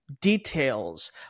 details